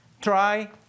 try